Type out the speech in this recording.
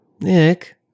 Nick